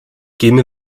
gimme